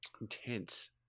intense